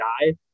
die